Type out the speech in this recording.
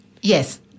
Yes